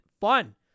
fun